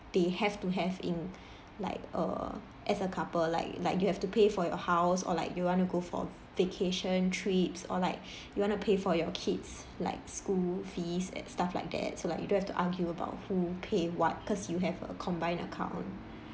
they have to have in like err as a couple like like you have to pay for your house or like you want to go for vacation trips or like you wanna pay for your kids like school fees and stuff like that so like you don't have to argue about who pay what cause you have a combined account